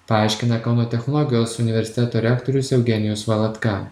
paaiškina kauno technologijos universiteto rektorius eugenijus valatka